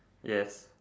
yes